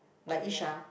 like Issha